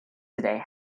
today